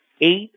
eight